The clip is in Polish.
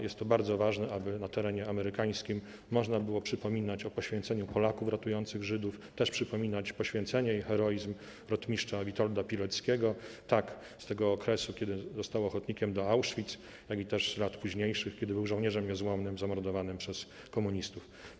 Jest to bardzo ważne, aby na terenie amerykańskim można było przypominać o poświęceniu Polaków ratujących Żydów, przypominać też poświęcenie i heroizm rotmistrza Witolda Pileckiego z okresu, kiedy został ochotnikiem do Auschwitz, i też z lat późniejszych, kiedy był żołnierzem niezłomnym zamordowanym przez komunistów.